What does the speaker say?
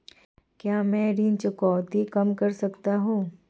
क्या मैं ऋण चुकौती कम कर सकता हूँ?